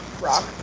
rock